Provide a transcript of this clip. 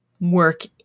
work